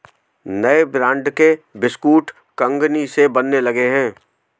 नए ब्रांड के बिस्कुट कंगनी से बनने लगे हैं